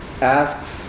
asks